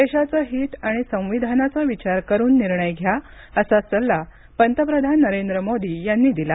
देशाचं हित आणि संविधानाचा विचार करून निर्णय घ्या असा सल्ला पंतप्रधान नरेंद्र मोदी यांनी दिला